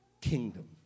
kingdom